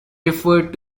referred